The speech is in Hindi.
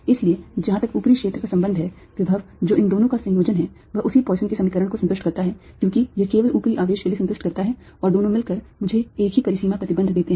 इसलिए जहां तक ऊपरी क्षेत्र का संबंध है विभव जो इन दोनों का संयोजन है वह उसी पॉइसन के समीकरण को संतुष्ट करता है क्योंकि यह केवल ऊपरी आवेश के लिए संतुष्ट करता है और दोनों मिलकर मुझे एक ही परिसीमा प्रतिबंध देते हैं